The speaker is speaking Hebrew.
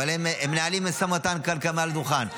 אבל הם מנהלים משא ומתן כאן, מעל הדוכן.